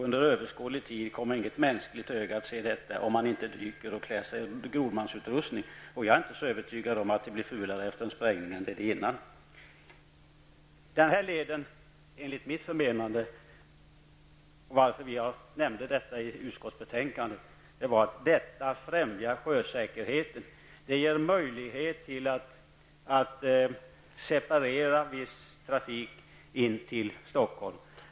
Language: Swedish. Under överskådlig tid kommer inget mänskligt öga att se dessa värden, såvida han eller hon inte sätter på sig grodmansutrustning och dyker ned. Jag är inte så övertygad om att det blir fulare efter en sprängning än det är nu. Att vi har tagit upp frågan om denna led i utskottsbetänkandet är därför att vi anser att leden främjar sjösäkerheten. Den ger möjlighet att separera viss trafik in till Stockholm.